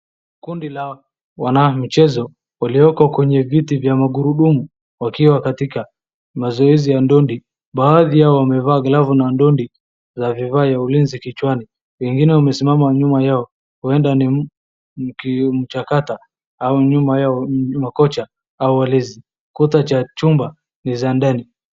Kundi la wanamchezo walioko kwenye viti vya magurudumu wakiwa katika mazoezi ya ndondi. Baadhi yao wamevaa glavu na ndondi na vifaa vya ulinzi kichwani. Wengine wamesimama nyuma yao huenda ni mchakata au nyuma yao ni makocha au walezi. Kota cha chumba ni za ndani.